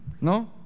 No